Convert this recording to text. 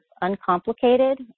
uncomplicated